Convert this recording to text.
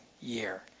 year